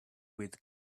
with